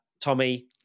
Tommy